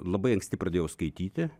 labai anksti pradėjau skaityti